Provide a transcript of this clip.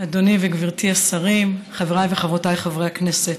אדוני וגברתי השרים, חבריי וחברותיי חברי הכנסת,